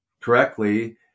correctly